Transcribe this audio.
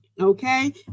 Okay